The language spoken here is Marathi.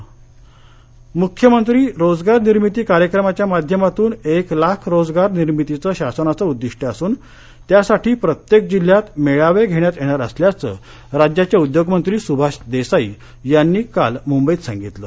सुभाष देसाई मुख्यमंत्री रोजगार निर्मिती कार्यक्रमाच्या माध्यमातून एक लाख रोजगार निर्मितीचं शासनाचं उद्दिष्ट असून त्यासाठी प्रत्येक जिल्ह्यात मेळावे घेण्यात येणार असल्याचं राज्याचे उद्योगमंत्री सुभाष देसाई यांनी काल मुंबईत सांगितलं